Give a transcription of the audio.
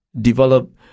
develop